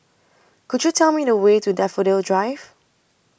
Could YOU Tell Me The Way to Daffodil Drive